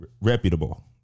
Reputable